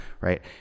right